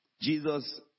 Jesus